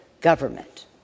government